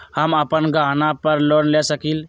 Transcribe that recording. हम अपन गहना पर लोन ले सकील?